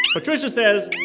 patricia says,